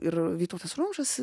ir vytautas rumšas